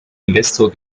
investor